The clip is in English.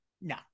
no